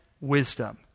wisdom